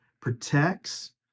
protects